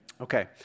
Okay